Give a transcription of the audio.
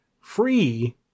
free